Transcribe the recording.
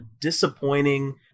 disappointing